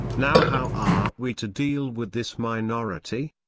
now how are we to deal with this minority?